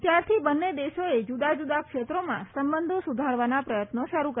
ત્યારથી બંને દેશોએ જુદાં જુદાં ક્ષેત્રોમાં સંબંધો સુધારવાના પ્રયત્નો શરૂ કર્યા હતા